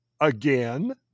again